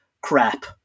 crap